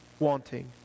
Wanting